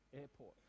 Airport